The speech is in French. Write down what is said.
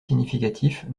significatif